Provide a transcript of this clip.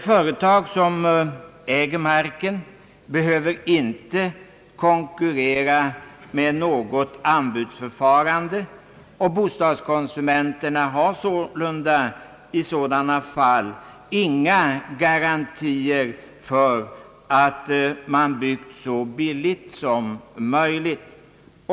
Företag som äger marken behöver inte konkurrera med något anbudsförfarande, och bostadskonsumenterna har sålunda i dessa fall inga garantier för att man har byggt så billigt som möjligt.